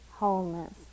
wholeness